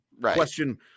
question